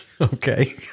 Okay